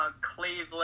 Cleveland